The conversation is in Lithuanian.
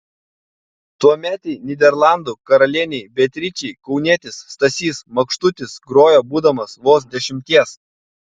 tuometei nyderlandų karalienei beatričei kaunietis stasys makštutis grojo būdamas vos dešimties